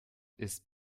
ist